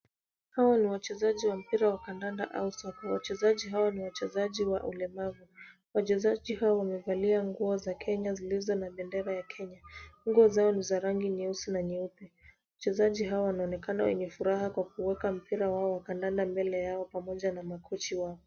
Hawa ni wachezaji wa mpira wa kandanda au soka. Wachezaji hawa ni wachezaji wa ulemavu. Wachezaji hawa wamevalia nguo za Kenya zilizo na bendera ya Kenya. Nguo zao ni za rangi nyeusi na nyeupe. Wachezaji hawa wanaonekana wenye na furaha kwa kuweka mpira wao wa kandanda mbele yao pamoja na makocha wao.